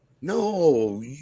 No